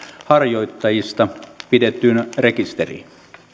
harjoittajista pidettyyn rekisteriin